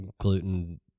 gluten